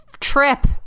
trip